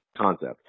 concept